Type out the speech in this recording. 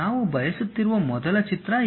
ನಾವು ಬಯಸುತ್ತಿರುವ ಮೊದಲ ಚಿತ್ರ ಇದು